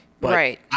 Right